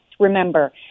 Remember